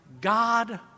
God